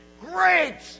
Great